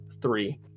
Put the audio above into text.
three